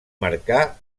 marcà